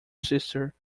sister